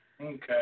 Okay